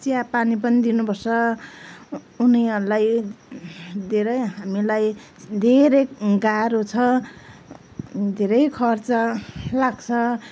चिया पानी पनि दिनु पर्छ उनीहरूलाई धेरै हामीलाई धेरै गाह्रो छ धेरै खर्च लाग्छ